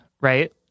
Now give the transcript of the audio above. right